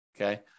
okay